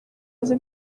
azi